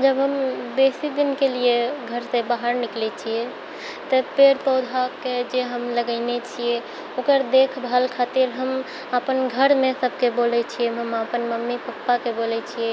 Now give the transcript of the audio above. जब हम बेसी दिनके लिए घरसँ बाहर निकलै छिए तऽ पेड़ पौधाके जे हम लगेने छिए ओकर देखभाल खातिर हम अपन घरमे सबके बोलै छिए हम मम्मी पप्पाके बोलै छिए